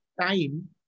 time